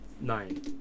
Nine